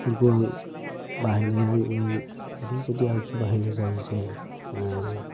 बेफाेरखौ आं बाहायनाया नै ओरै गुदि आगजु बाहायनाय जायो जेरै